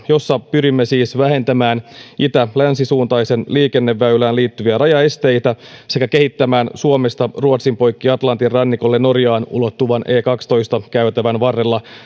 jossa pyrimme siis vähentämään itä länsi suuntaiseen liikenneväylään liittyviä rajaesteitä sekä kehittämään suomesta ruotsin poikki atlantin rannikolle norjaan ulottuvan e kaksitoista käytävän varrella